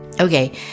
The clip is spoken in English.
Okay